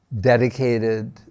dedicated